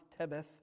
Tebeth